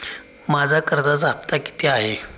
माझा कर्जाचा हफ्ता किती आहे?